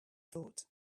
thought